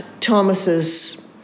Thomas's